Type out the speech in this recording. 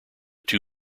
two